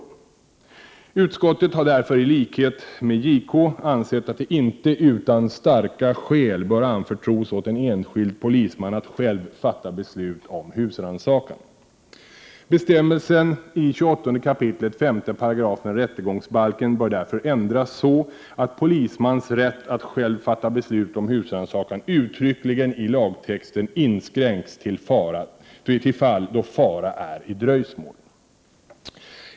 1988/89:126 Utskottet har därför i likhet med JK ansett att det inte utan starka skäl bör — 1 juni 1989 anförtros åt en enskild polisman att själv fatta beslut om husrannsakan. Bestämmelsen i 28 kap. 5 § rättegångsbalken bör därför ändras så, att polismans rätt att själv fatta beslut om husrannsakan uttryckligen i lagtexten frågor; inskränks till fall då fara är i dröjsmål.